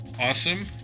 awesome